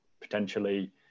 potentially